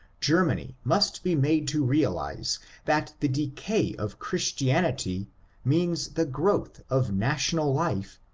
germany must be made to realize that the decay of christianity means the growth of national life,